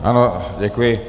Ano, děkuji.